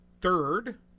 third